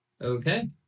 Okay